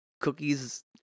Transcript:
cookies